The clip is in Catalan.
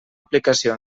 aplicació